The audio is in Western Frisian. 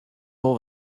wol